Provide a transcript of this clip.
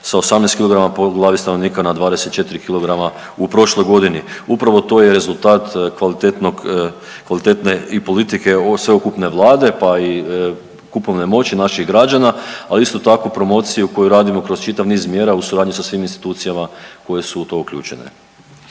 sa 18kg po glavi stanovnika na 24 kg u prošloj godini. Upravo to je rezultat kvalitetne i politike sveukupne Vlade pa i kupovne moći naših građana, ali isto tako promociju koju radimo kroz čitav niz mjera u suradnji sa svim institucijama koje su u to uključene.